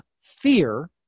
fear